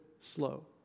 slow